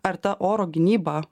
ar ta oro gynyba